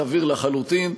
וסביר לחלוטין.